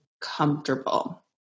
comfortable